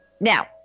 Now